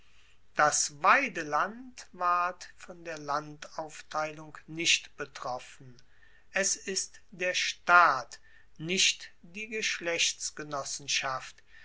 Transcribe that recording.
das weideland ward von der landaufteilung nicht betroffen es ist der staat nicht die